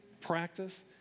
practice